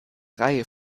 reihe